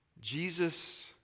Jesus